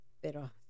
Pero